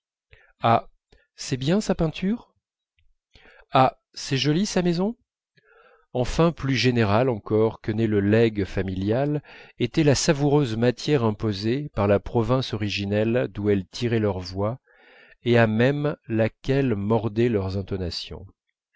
ah c'est bien sa peinture ah c'est joli sa maison enfin plus générale encore que n'est le legs familial était la savoureuse matière imposée par la province originelle d'où elles tiraient leur voix et à même laquelle mordaient leurs intonations